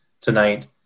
tonight